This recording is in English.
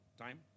Time